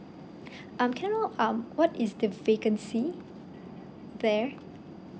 um can I know um what is the vacancy there